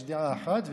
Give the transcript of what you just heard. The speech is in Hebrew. יש דעה אחת,